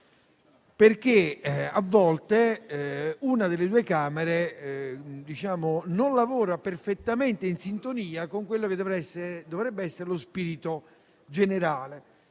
perché a volte una delle due Camere non lavora perfettamente in sintonia con quello che dovrebbe essere lo spirito generale.